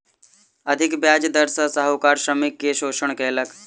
अधिक ब्याज दर सॅ साहूकार श्रमिक के शोषण कयलक